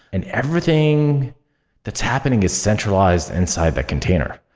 and everything that's happening is centralized inside that container.